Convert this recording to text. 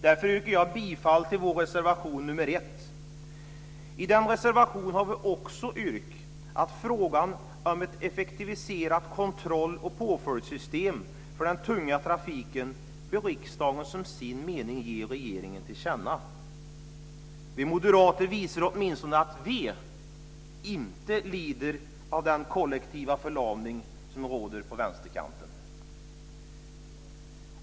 Därför yrkar jag bifall till vår reservation nr 1. I den reservationen har vi också yrkat att frågan om ett effektiviserat kontroll och påföljdssystem för den tunga trafiken bör riksdagen som sin mening ge regeringen till känna. Vi moderater visar åtminstone att vi inte lider av den kollektiva förlamning som råder på vänsterkanten.